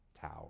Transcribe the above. tower